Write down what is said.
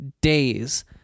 days